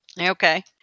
Okay